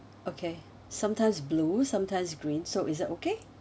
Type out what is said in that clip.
okay sometimes is blue sometimes is green so is that okay